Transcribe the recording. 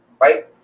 right